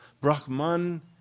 Brahman